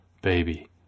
Baby